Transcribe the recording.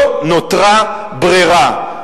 לא נותרה ברירה.